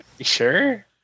Sure